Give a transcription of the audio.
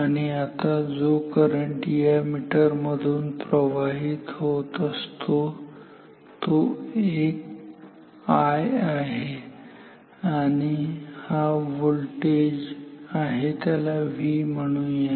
आणि आता जो करंट या मीटर मधून प्रवाहित होत आहे तो I आहे आणि हा व्होल्टेज आहे त्याला V म्हणूया